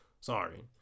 Sorry